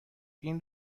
این